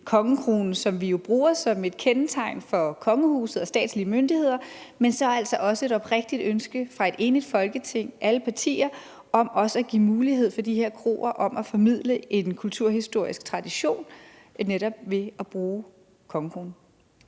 kongekronen, som vi jo bruger som et kendetegn for kongehuset og statslige myndigheder, men på den anden side så altså også et oprigtigt ønske fra et enigt Folketing – alle partier – om at give mulighed for de her kroer for at formidle en kulturhistorisk tradition ved netop at bruge kongekronen.